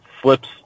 flips